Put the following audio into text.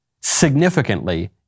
significantly